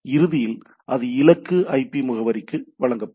இறுதியில் அது இலக்கு ஐபி முகவரிக்கு வழங்கப்படும்